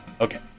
Okay